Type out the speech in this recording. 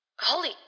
Holy